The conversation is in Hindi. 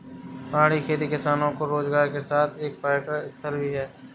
पहाड़ी खेती किसानों के रोजगार के साथ एक पर्यटक स्थल भी है